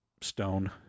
stone